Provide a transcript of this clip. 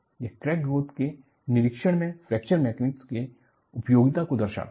यह crack growth के निरीक्षण में फ्रैक्चर मैकेनिक्स की उपयोगिता को दर्शाता है